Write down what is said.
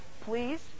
please